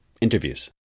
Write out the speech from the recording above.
interviews